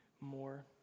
more